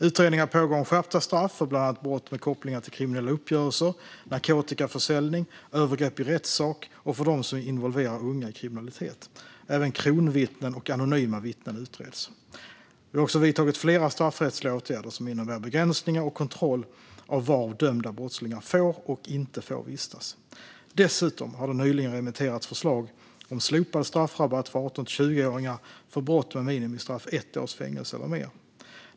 Utredningar pågår om skärpta straff för bland annat brott med kopplingar till kriminella uppgörelser, narkotikaförsäljning, övergrepp i rättssak och för dem som involverar unga i kriminalitet. Även kronvittnen och anonyma vittnen utreds. Vi har också vidtagit flera straffrättsliga åtgärder som innebär begränsningar och kontroll av var dömda brottslingar får och inte får vistas. Dessutom har det nyligen remitterats förslag om slopad straffrabatt för 18-20-åringar för brott med minimistraff ett års fängelse eller mer.